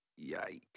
Yikes